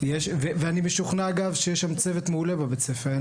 אני משוכנע שיש שם צוות מעולה בבית הספר.